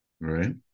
right